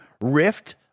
Rift